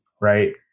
Right